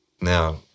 Now